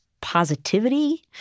positivity